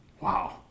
Wow